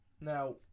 Now